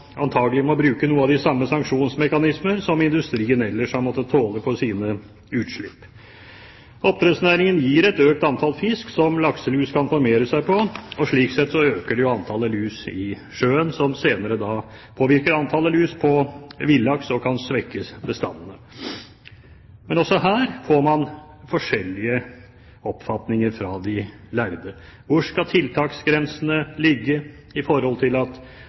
bruke noen av de samme sanksjonsmekanismer som industrien ellers har måttet tåle for sine utslipp. Oppdrettsnæringen gir et økt antall fisk som lakselus kan formere seg på. Slik sett øker det antallet lus i sjøen som senere påvirker antallet lus på villaks, og som kan svekke bestandene. Også her er det forskjellige oppfatninger hos de lærde. Hvor skal tiltaksgrensene ligge når man har et stadig økende antall oppdrettslaks? Kan det være forskjell i